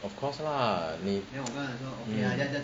of course lah 你